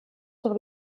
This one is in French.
sur